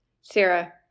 Sarah